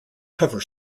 cover